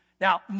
Now